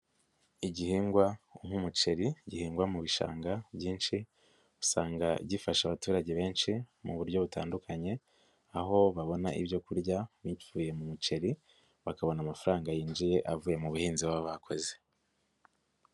Igihingwa nk'umuceri gihingwa mu bishanga byinshi usanga gifasha abaturage benshi mu buryo butandukanye aho babona ibyo kurya bivuye mu muceri, bakabona amafaranga yinjiye avuye mu buhinzi baba bakoze.